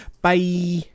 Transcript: Bye